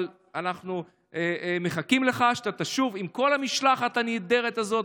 אבל אנחנו מחכים לך שאתה תשוב עם כל המשלחת הנהדרת הזאת.